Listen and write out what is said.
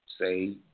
say